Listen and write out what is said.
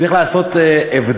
צריך לעשות הבדל,